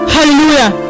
Hallelujah